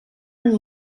and